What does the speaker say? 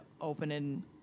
opening